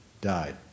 died